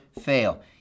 fail